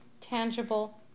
tangible